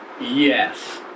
Yes